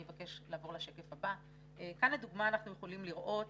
בשקף הזה אנחנו יכולים לראות